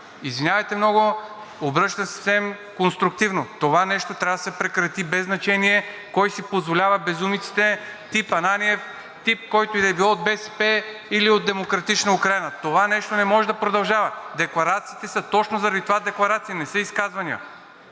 Извинявайте много, обръщам се съвсем конструктивно – това нещо трябва да се прекрати, без значение кой си позволява безумиците тип „Ананиев“, тип, който и да било от БСП или от „Демократична Украйна“. Това нещо не може да продължава. Декларациите точно заради това са декларации, не са изказвания.